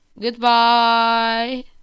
Goodbye